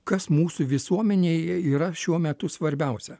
kas mūsų visuomenėje yra šiuo metu svarbiausia